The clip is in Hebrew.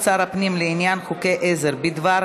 נתקבלה.